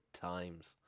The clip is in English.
times